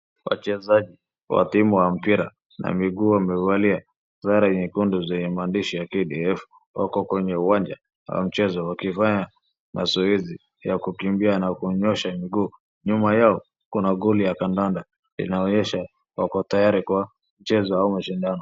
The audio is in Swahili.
Wachezaji wa timu wa mpira na miguu wamevalia sare nyekundu zenye maandishi ya KDF, wako kwenye uwanja wa mchezo wakifanya mazoezi ya kukimbia na kunyoosha miguu. Nyuma yao kuna goli ya kadada inaonyesha wako tayari kwa mchezo au mashindano.